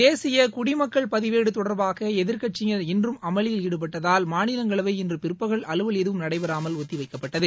தேசிய குடிமக்கள் பதிவேடு தொடர்பாக எதிர்கட்சியினர் இன்றும் அமளியில் ஈடுபட்டதால் மாநிலங்களவை இன்று பிற்பகல் அலுவல் எதுவும் நடைபெறாமல் ஒத்திவைக்கப்பட்டது